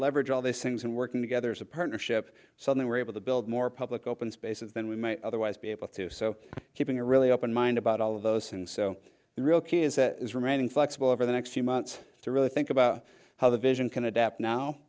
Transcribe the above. leverage all these things and working together as a partnership so that we're able to build more public open spaces than we might otherwise be able to do so keeping a really open mind about all of those and so the real key is remaining flexible over the next few months to really think about how the vision can adapt now